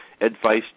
advice